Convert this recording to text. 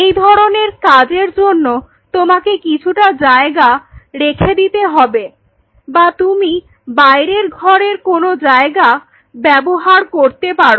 এই ধরনের কাজের জন্য তোমাকে কিছুটা জায়গা রেখে দিতে হবে বা তুমি বাইরের ঘরের কোন জায়গা ব্যবহার করতে পারো